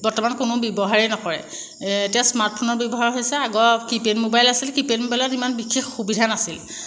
বৰ্তমান কোনেও ব্যৱহাৰেই নকৰে এতিয়া স্মাৰ্টফোনৰ ব্যৱহাৰ হৈছে আগৰ কিপেইড মোবাইল আছিল কিপেইড মোবাইলত ইমান বিশেষ সুবিধা নাছিল